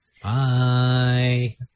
Bye